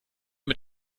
mit